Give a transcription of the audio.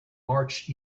march